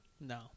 No